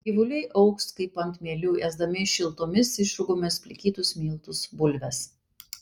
gyvuliai augs kaip ant mielių ėsdami šiltomis išrūgomis plikytus miltus bulves